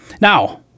now